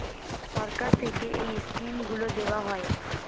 সরকার থেকে এই স্কিমগুলো দেওয়া হয়